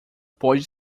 pode